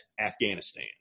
Afghanistan